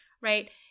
right